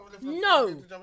No